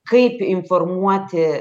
kaip informuoti